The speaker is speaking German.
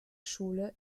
schule